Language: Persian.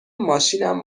ماشینم